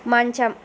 మంచం